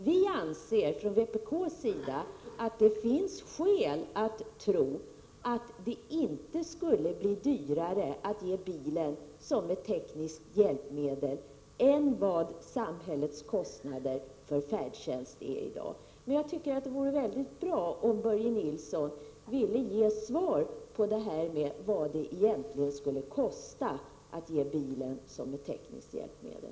Vi anser från vpk:s sida att det finns skäl att tro att det inte skulle bli dyrare än vad samhällets kostnader för färdtjänst är i dag. Jag tycker att det vore väldigt bra om Börje Nilsson ville tala om vad det skulle kosta om bilen betraktades som ett tekniskt hjälpmedel.